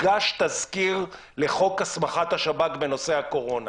זה גרם לשר המשפטים לשעבר,